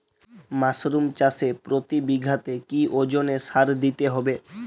Mushroom চাষে প্রতি বিঘাতে কি ওজনে সার দিতে হবে?